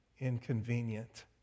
inconvenient